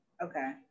okay